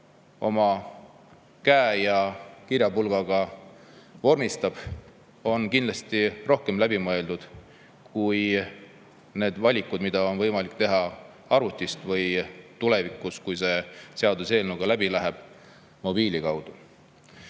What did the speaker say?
oma käe ja kirjapulgaga vormistab, on kindlasti rohkem läbi mõeldud kui need valikud, mida on võimalik teha arvutis, või tulevikus, kui see seaduseelnõu läbi läheb, mobiili kaudu.Me